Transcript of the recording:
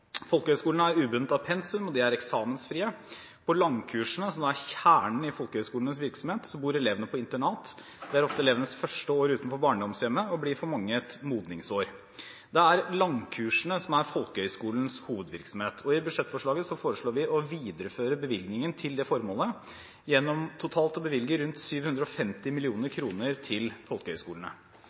er ubundet av pensum, og de er eksamensfrie. På langkursene, som er kjernen i folkehøyskolenes virksomhet, bor elevene på internat. Det er ofte elevenes første år utenfor barndomshjemmet og blir for mange et modningsår. Det er langkursene som er folkehøyskolenes hovedvirksomhet, og i budsjettforslaget foreslår vi å videreføre bevilgningen til det formålet gjennom totalt å bevilge rundt 750 mill. kr til